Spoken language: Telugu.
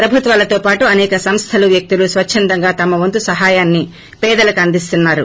ప్రభుత్వాలతో పాటు అనేక సంస్లలు వ్యక్తులు స్వచ్చందంగా ్తమ వంతు సహాయాన్ని పేదలకు అందిస్తున్నాయి